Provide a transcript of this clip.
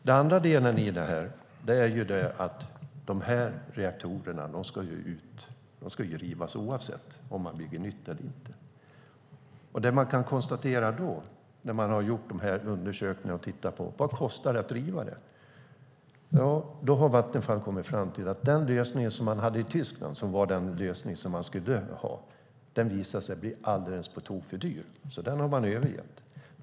Den andra delen är att reaktorerna ska rivas oavsett om man bygger nytt eller inte. Det Vattenfall kan konstatera utifrån undersökningar av vad det kostar att riva är att den lösning som Tyskland hade och som Sverige skulle ha blev alltför dyr, så den har man övergett.